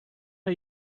are